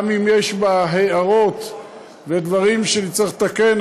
גם אם יש בה הערות ודברים שצריך לתקן,